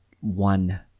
one